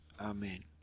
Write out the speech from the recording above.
amen